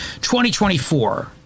2024